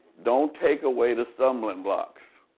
don't take away the stumbling blocks.